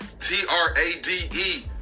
T-R-A-D-E